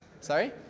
Sorry